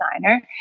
designer